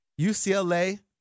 UCLA